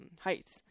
heights